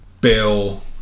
Bill